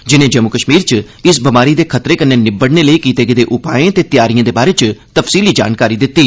जिनें जम्मू कश्मीर च इस बमारी दे खतरे कन्नै निबड़ने लेई कीते गेदे उपाएं ते तैआरिएं दे बारे च तफसीली जानकारी दित्ती